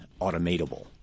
automatable